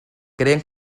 cree